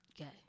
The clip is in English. Okay